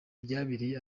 byabereye